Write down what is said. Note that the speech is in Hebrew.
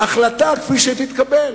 כפי שתתקבל,